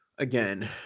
Again